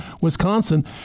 Wisconsin